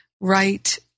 right